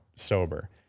sober